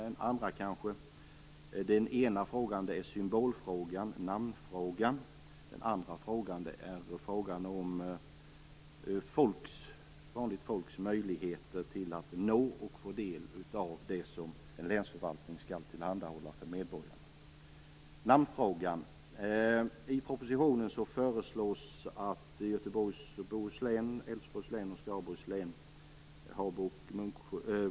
Den ena saken gäller symbolfrågan - namnfrågan. Den andra saken gäller vanligt folks möjligheter att nå och få del av det som en länsförvaltning skall tillhandahålla för medborgarna.